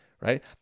right